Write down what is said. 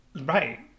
Right